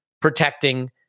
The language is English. protecting